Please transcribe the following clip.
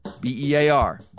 B-E-A-R